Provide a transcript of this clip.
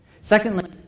Secondly